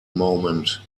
moment